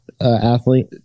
athlete